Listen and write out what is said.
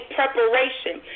preparation